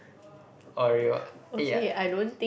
oreo ya